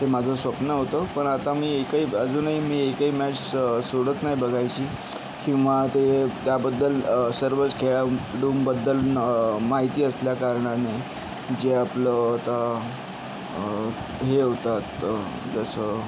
ते माझं स्वप्न होतं पण आता मी एकही अजूनही मी एकही मॅच स सोडत नाही बघायची किंवा ते त्याबद्दल सर्वच खेळाडूंबद्दल माहिती असल्याकारणाने जे आपलं आता हे होतात जसं